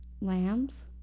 lambs